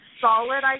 solid